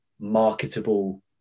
marketable